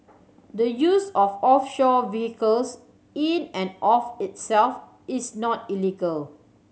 the use of offshore vehicles in and of itself is not illegal